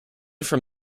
from